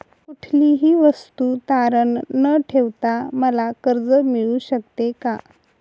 कुठलीही वस्तू तारण न ठेवता मला कर्ज मिळू शकते का?